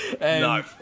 no